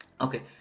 Okay